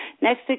Next